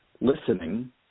Listening